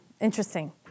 Interesting